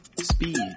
Speed